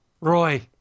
Roy